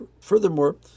Furthermore